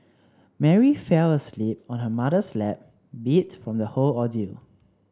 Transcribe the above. Mary fell asleep on her mother's lap beat from the whole ordeal